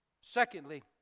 Secondly